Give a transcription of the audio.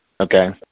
okay